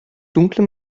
dunkle